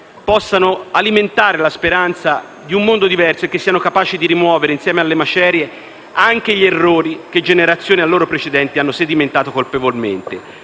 possano alimentare la speranza di un mondo diverso e che siano capaci di rimuovere, insieme alle macerie, anche gli errori che generazioni a loro precedenti hanno sedimentato colpevolmente.